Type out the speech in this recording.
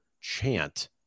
chant